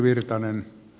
kiitos